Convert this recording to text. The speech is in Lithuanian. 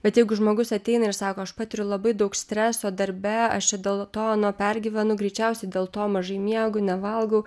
bet jeigu žmogus ateina ir sako aš patiriu labai daug streso darbe aš čia dėl to ano pergyvenu greičiausiai dėl to mažai miegu nevalgau